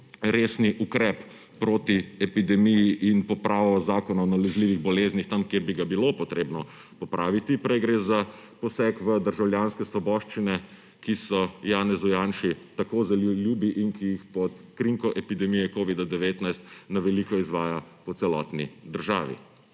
resen ukrepi prot epidemiji in popravo Zakona o nalezljivih boleznih tam, kjer bi ga bilo potrebno popraviti. Prej gre za poseg v državljanske svoboščine, ki so Janezu Janši tako zelo ljubi in ki pod krinko epidemije covida-19 na veliko izvaja po celotni državi.